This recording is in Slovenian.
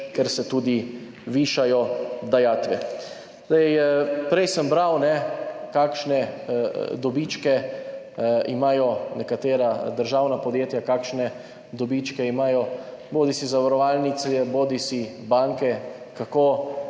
ker se tudi višajo dajatve. Prej sem bral, kakšne dobičke imajo nekatera državna podjetja, kakšne dobičke imajo bodisi zavarovalnice bodisi banke. Kako